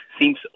seems